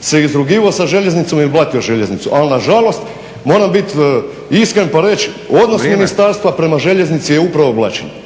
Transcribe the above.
se izrugivao sa željeznicom i blatio željeznicu, ali na žalost moram biti iskren pa reći … …/Upadica Stazić: Vrijeme./… … odnos ministarstva prema željeznici je upravo blaćenje.